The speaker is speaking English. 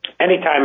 Anytime